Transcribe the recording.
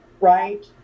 Right